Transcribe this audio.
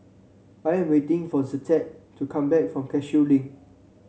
I am waiting for Zettie to come back from Cashew Link